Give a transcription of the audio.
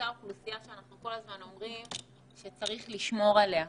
מאותה אוכלוסייה שאנחנו כל הזמן אומרים שצריך לשמור עליה.